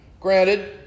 Granted